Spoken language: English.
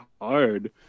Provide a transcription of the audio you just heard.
hard